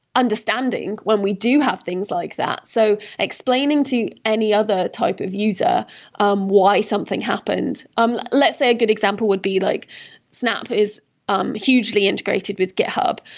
understanding when we do have things like that, so explaining to any other type of user um why something happened. um let's say, a good example would be like snap is um hugely integrated with github,